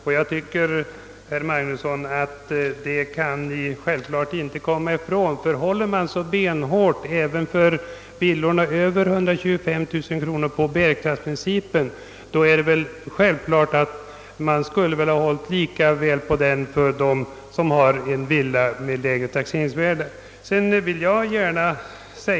Detta kan herr Magnusson inte komma ifrån, ty om han håller så benhårt på bärkraftsprincipen även för villorna över 125 000 kronor skulle han självfallet ha hållit lika hårt på den för dem som har en villa med lägre taxeringsvärde.